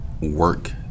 work